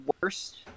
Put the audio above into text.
worst